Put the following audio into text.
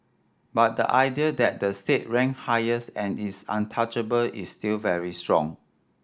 but the idea that the state rank highest and is untouchable is still very strong